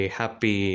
happy